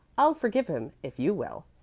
i'll forgive him if you will.